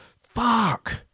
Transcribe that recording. fuck